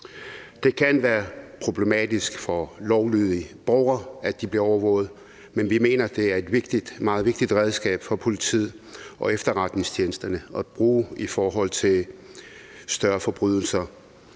Det kan være problematisk for lovlydige borgere, at de bliver overvåget, men vi mener, at det er et meget vigtigt redskab for politiet og efterretningstjenesterne at bruge i forhold til større forbrydelser.